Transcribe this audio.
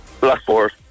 Blackboard